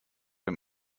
dem